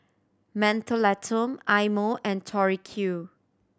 Mentholatum Eye Mo and Tori Q